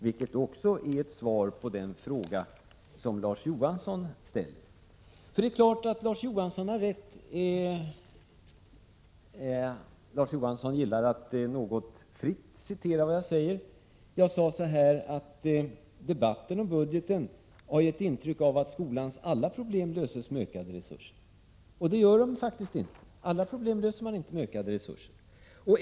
Det är också ett svar på den fråga som Larz Johansson ställer. Det är klart att Larz Johansson har rätt. Larz Johansson gillar att något fritt citera vad jag säger. Jag sade att debatten om budgeten har gett intryck av att skolans alla problem löses med ökade resurser. Men alla problem löser man faktiskt inte med ökade resurser.